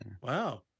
wow